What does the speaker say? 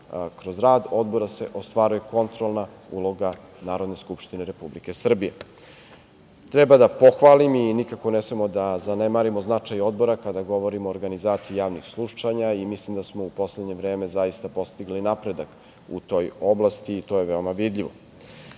kroz rad odbora se ostvaruje kontrolna uloga Narodne skupštine Republike Srbije. Treba da pohvalim, i nikako ne smemo da zanemarimo značaj odbora kada govorimo o organizaciji javnih slušanja i mislim da smo u poslednje vreme zaista postigli napredak u toj oblasti i to je veoma vidljivo. Naveo